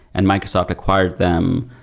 and microsoft acquired them,